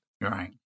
Right